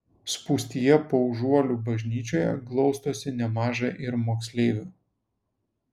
spūstyje paužuolių bažnyčioje glaustosi nemaža ir moksleivių